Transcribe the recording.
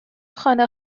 خانه